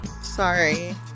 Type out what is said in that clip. Sorry